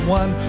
one